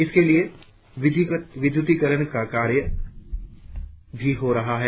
इसके लिए विद्युतीकरण का कार्य भी हो रहा है